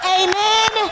amen